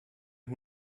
who